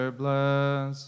bless